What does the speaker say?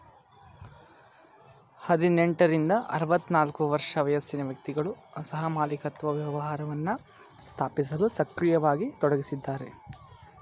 ಹದಿನೆಂಟ ರಿಂದ ಆರವತ್ತನಾಲ್ಕು ವರ್ಷ ವಯಸ್ಸಿನ ವ್ಯಕ್ತಿಗಳು ಸಹಮಾಲಿಕತ್ವ ವ್ಯವಹಾರವನ್ನ ಸ್ಥಾಪಿಸಲು ಸಕ್ರಿಯವಾಗಿ ತೊಡಗಿಸಿದ್ದಾರೆ